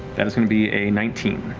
that is going to be a nineteen.